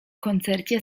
koncercie